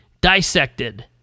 dissected